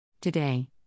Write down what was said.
Today